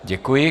Děkuji.